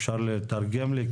אפשר לתרגם לי?